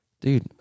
Dude